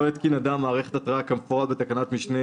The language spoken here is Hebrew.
לא יתקין אדם מערכת התרעה כמפורט בתקנת משנה